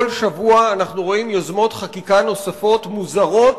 כל שבוע אנחנו רואים יוזמות חקיקה נוספות מוזרות,